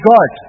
God